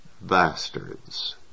bastards